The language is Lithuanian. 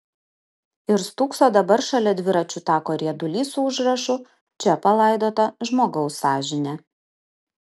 ir stūkso dabar šalia dviračių tako riedulys su užrašu čia palaidota žmogaus sąžinė